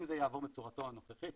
אם זה יעבור בצורתו הנוכחית,